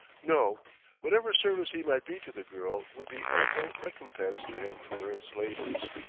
no whatever service he might be to the girl would be ample recompense to him for his labors.